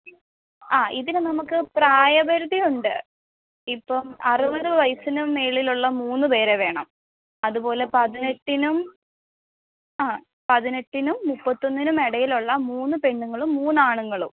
ആ ഇതിന് നമുക്ക് പ്രായപരിധിയുണ്ട് ഇപ്പം അറുപത് വയസിന് മേളിലുള്ള മൂന്നുപേരെ വേണം അതുപോലെ പതിനെട്ടിനും ആ പതിനെട്ടിനും മുപ്പത്തൊന്നിനും ഇടയിലുള്ള മൂന്ന് പെണ്ണുങ്ങളും മൂന്നാണുങ്ങളും